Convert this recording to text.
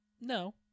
No